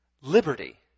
liberty